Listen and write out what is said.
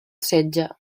setge